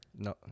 No